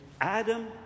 Adam